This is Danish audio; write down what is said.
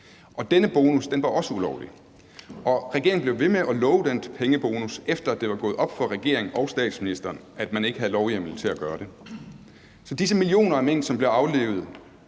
og denne bonus var også ulovlig. Og regeringen blev ved med at love den pengebonus, efter at det var gået op for regeringen og statsministeren, at man ikke havde lovhjemmel til at gøre det. Så disse millioner af mink, som blev aflivet,